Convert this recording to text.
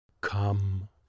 Come